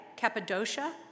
Cappadocia